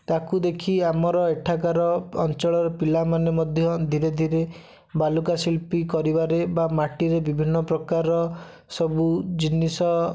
ତାକୁ ଦେଖି ଆମର ଏଠାକାର ଅଞ୍ଚଳର ପିଲାମାନେ ମଧ୍ୟ ଧୀରେ ଧୀରେ ବାଲୁକା ଶିଳ୍ପୀ କରିବାରେ ବା ମାଟିରେ ବିଭିନ୍ନ ପ୍ରକାର ସବୁ ଜିନିଷ